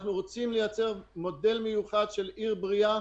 אנחנו רוצים ליצור מודל מיוחד של עיר בריאה,